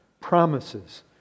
promises